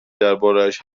دربارهاش